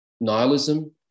nihilism